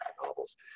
novels